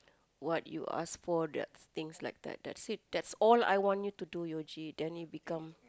what you asked for that things like that that's it that's all I want you to do Yuji then you become